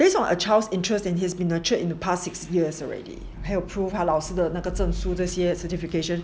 based on a child's interests and he's been nurtured in the past six years already 还有 prove 她老师的那个证书这些 certification